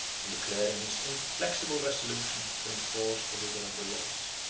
and declaring his inflexible resolution to enforce the rigor of the laws.